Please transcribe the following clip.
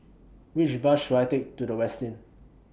Which Bus should I Take to The Westin